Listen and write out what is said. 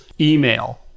Email